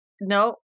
no